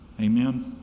Amen